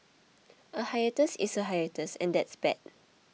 a hiatus is a hiatus and that's bad